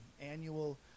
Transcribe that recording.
annual